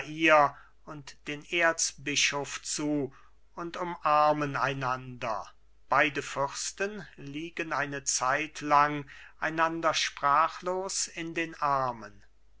und den erzbischof zu und umarmen einander beide fürsten liegen eine zeitlang einander sprachlos in den armen